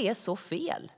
är fel.